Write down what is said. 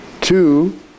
two